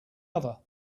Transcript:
other